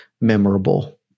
memorable